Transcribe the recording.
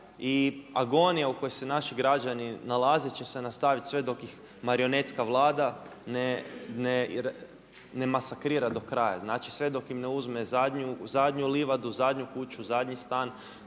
i agonija u kojoj se naši građani nalaze će se nastaviti sve dok ih marionetska vlada ne masakrira do kraja, znači sve dok im ne uzme zadnju livadu, zadnju kuću, zadnji stan